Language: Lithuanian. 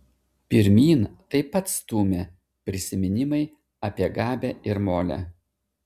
pirmyn taip pat stūmė prisiminimai apie gabę ir molę